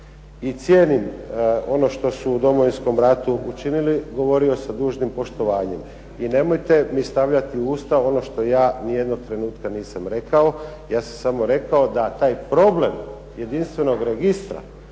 i cijenim ono što su u Domovinskom ratu učinili, govorio sa dužnim poštovanjem. I nemojte mi stavljati u usta ono što ja nijednog trenutka nisam rekao. Ja sam samo rekao da taj problem jedinstvenog registra